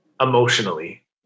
emotionally